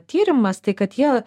tyrimas tai kad jie